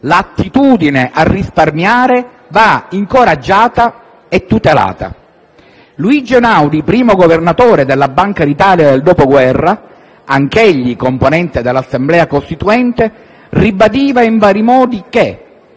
L'attitudine a risparmiare va incoraggiata e tutelata. Luigi Einaudi, primo governatore della Banca d'Italia del dopoguerra, anch'egli componente dell'Assemblea costituente, ribadiva in vari modi che